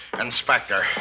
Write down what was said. Inspector